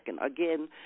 Again